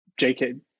jk